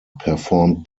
performed